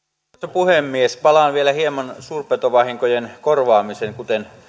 puhemies palaan vielä hieman suurpetovahinkojen korvaamiseen kuten